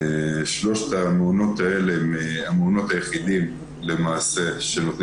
שלושת המעונות האלה הם המעונות היחידים שנותנים